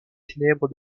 ténèbres